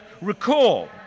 Recall